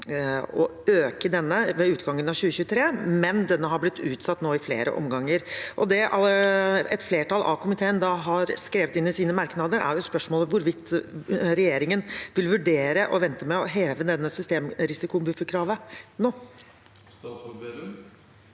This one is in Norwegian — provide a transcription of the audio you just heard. å øke denne ved utgangen av 2023, men det har blitt utsatt i flere omganger. Det et flertall av komiteen har omtalt i sine merknader, er hvorvidt regjeringen vil vurdere å vente med å heve systemrisikobufferkravet nå.